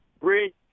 Bridge